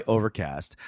Overcast